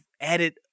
added